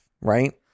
right